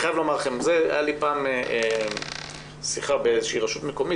הייתה לי פעם שיחה באיזושהי רשות מקומית